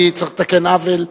אני צריך לתקן עוול.